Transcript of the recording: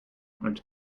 und